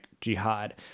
Jihad